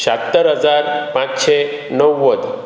शात्तर हजार पांचशें णव्वद